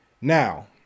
Now